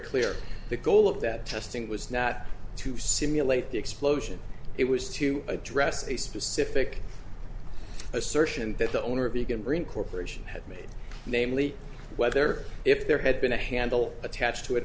clear the goal of that testing was not to simulate the explosion it was to address a specific assertion that the owner of a good reincorporation had made namely whether if there had been a handle attached to it